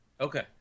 okay